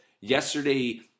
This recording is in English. yesterday